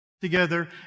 together